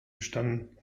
gestanden